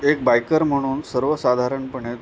एक बायकर म्हणून सर्वसाधारणपणे